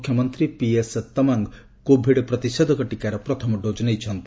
ମୁଖ୍ୟମନ୍ତ୍ରୀ PS Tamang COVID ପ୍ରତିଷେଧକ ଟିକାର ପ୍ରଥମ ଡୋଜ୍ ନେଇଛନ୍ତି